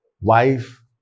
wife